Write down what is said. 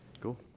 Cool